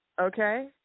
okay